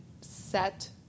set